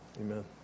Amen